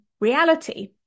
reality